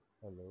Hello